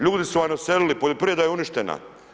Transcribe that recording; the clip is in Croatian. Ljudi su vam odselili, poljoprivreda je uništena.